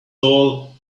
all